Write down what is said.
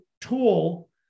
tool